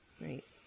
Right